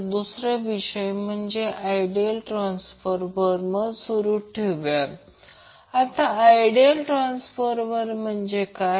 तर आणि या प्रकरणात जेव्हा ω t 0 असेल तर I 0 असेल